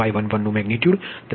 Y11 નું magnitude 53